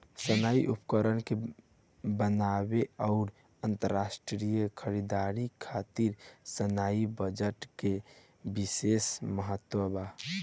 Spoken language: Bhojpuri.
सैन्य उपकरण के बनावे आउर अंतरराष्ट्रीय खरीदारी खातिर सैन्य बजट के बिशेस महत्व बा